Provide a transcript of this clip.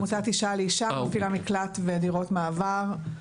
עמותת "אישה לאישה", מפעילה מקלט ודירות מעבר.